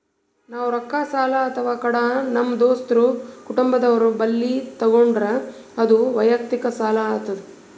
ನಾವ್ ರೊಕ್ಕ ಸಾಲ ಅಥವಾ ಕಡ ನಮ್ ದೋಸ್ತರು ಕುಟುಂಬದವ್ರು ಬಲ್ಲಿ ತಗೊಂಡ್ರ ಅದು ವಯಕ್ತಿಕ್ ಸಾಲ ಆತದ್